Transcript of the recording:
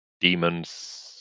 demons